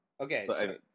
Okay